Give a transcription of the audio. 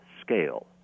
scale